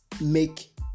make